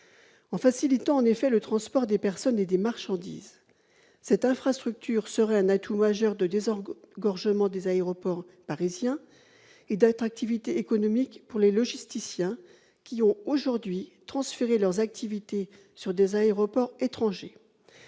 en facilitant le transport des personnes et des marchandises, cette infrastructure représenterait un atout majeur de désengorgement des aéroports parisiens et d'attractivité économique pour les logisticiens qui ont aujourd'hui transféré leurs activités sur des aéroports étrangers.